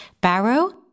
Barrow